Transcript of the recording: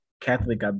Catholic